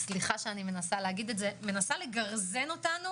סליחה שאני אומרת א זה - מנסה לגרזן אותנו